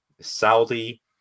Saudi